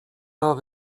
are